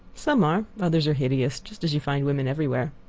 some are others are hideous, just as you find women everywhere.